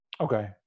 okay